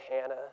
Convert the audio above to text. Hannah